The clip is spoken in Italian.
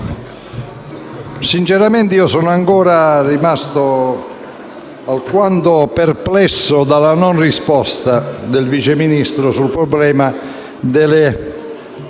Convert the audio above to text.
sinceramente sono ancora alquanto perplesso per la non risposta del Vice Ministro sul problema delle